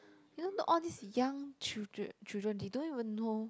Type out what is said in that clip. isn't all these young childr~ children they don't even know